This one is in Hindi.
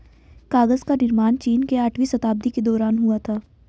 कागज का निर्माण चीन में आठवीं शताब्दी के दौरान हुआ था